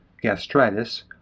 gastritis